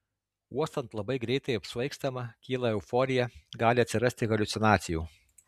uostant labai greitai apsvaigstama kyla euforija gali atsirasti haliucinacijų